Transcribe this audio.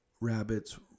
rabbits